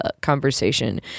conversation